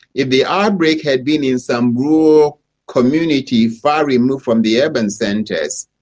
if the outbreak had been in some rural community far removed from the urban centres,